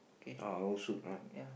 uh whole suit ah